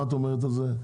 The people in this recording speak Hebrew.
מה את אומרת על זה,